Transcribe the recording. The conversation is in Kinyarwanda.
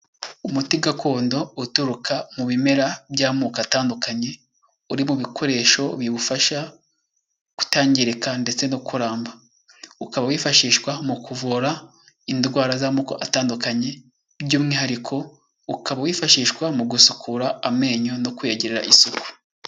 Umuti gakondo uturuka mu bimera by'amoko atandukanye, uri mu bikoresho biwufasha kutangirika ndetse no kuramba. Ukaba wifashishwa mu kuvura indwara z'amoko atandukanye, by'umwihariko ukaba wifashishwa mu gusukura amenyo no kuyagirira isuku.